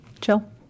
chill